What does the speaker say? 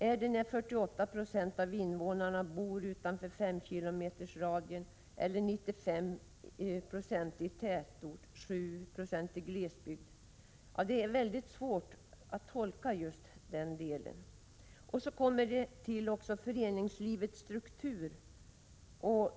Är det när 48 96 av invånarna bor utanför 5 km-radien, eller när 95 96 bor i tätorten och 5 26 utanför? Just den delen är svår att tolka. Dessutom tillkommer föreningslivets struktur.